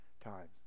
times